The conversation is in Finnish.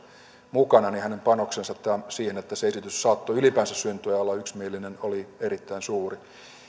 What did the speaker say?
mukana niin hänen panoksensa siihen että se esitys saattoi ylipäänsä syntyä ja olla yksimielinen oli erittäin suuri